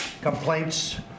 complaints